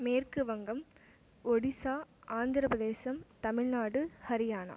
மேற்கு வங்கம் ஒடிசா ஆந்திரப்பிரதேசம் தமிழ்நாடு ஹரியானா